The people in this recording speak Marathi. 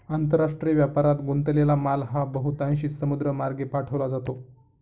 आंतरराष्ट्रीय व्यापारात गुंतलेला माल हा बहुतांशी समुद्रमार्गे पाठवला जातो